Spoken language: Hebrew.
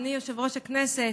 אדוני יושב-ראש הכנסת,